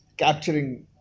Capturing